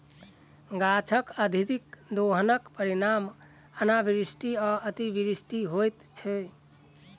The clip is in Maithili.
गाछकअत्यधिक दोहनक परिणाम अनावृष्टि आ अतिवृष्टि होइत छै